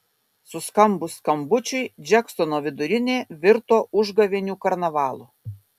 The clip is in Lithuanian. suskambus skambučiui džeksono vidurinė virto užgavėnių karnavalu